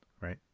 right